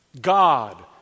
God